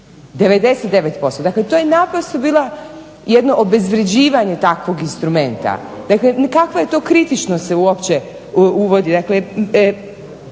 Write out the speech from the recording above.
Dakle, to je bilo naprosto obezvrjeđivanje takvog instrumente, dakle kakvo je to kritično se uopće uvodi.